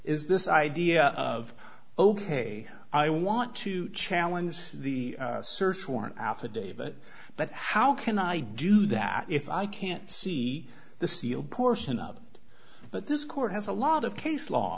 is this idea of ok i want to challenge as the search warrant affidavit but how can i do that if i can't see the sealed portion of and but this court has a lot of case law